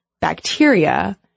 bacteria